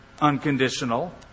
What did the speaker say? Unconditional